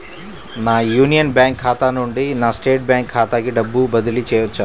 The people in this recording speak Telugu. నా యూనియన్ బ్యాంక్ ఖాతా నుండి నా స్టేట్ బ్యాంకు ఖాతాకి డబ్బు బదిలి చేయవచ్చా?